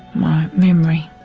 my memory.